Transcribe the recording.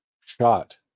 shot